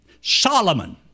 Solomon